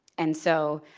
and so,